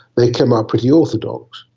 they come out pretty orthodox.